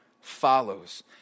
follows